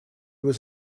was